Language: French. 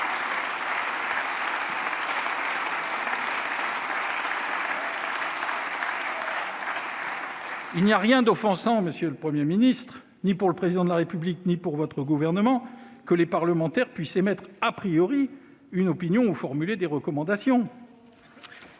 Il n'y a rien d'offensant, monsieur le Premier ministre, ni pour le Président de la République ni pour votre gouvernement, à ce que les parlementaires puissent émettre une opinion ou formuler des recommandations.